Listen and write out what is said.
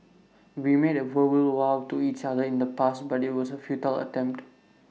we made verbal vows to each other in the past but IT was A futile attempt